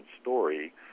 story